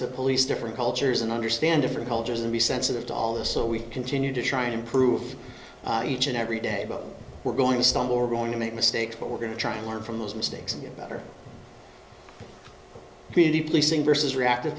to police different cultures and understand different cultures and be sensitive to all this so we continue to try to improve each and every day we're going to stumble we're going to make mistakes but we're going to try to learn from those mistakes and get better community policing versus reactive